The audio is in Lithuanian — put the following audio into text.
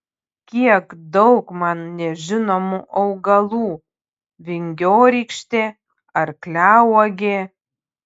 kiek daug man nežinomų augalų vingiorykštė arkliauogė